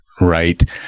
right